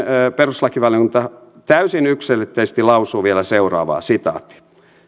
perustuslakivaliokunta täysin yksiselitteisesti lausuu vielä seuraavaa